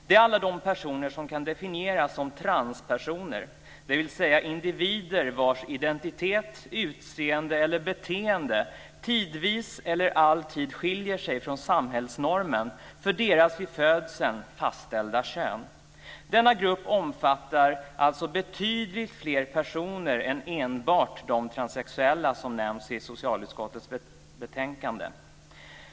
Det är alla de personer som kan definieras som transpersoner, dvs. individer vars identitet, utseende eller beteende tidvis eller alltid skiljer sig från samhällsnormen för deras vid födseln fastställda kön. Denna grupp omfattar alltså betydligt fler personer än enbart de transsexuella, som nämns i socialutskottets betänkande.